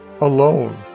alone